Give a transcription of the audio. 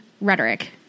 rhetoric